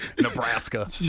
Nebraska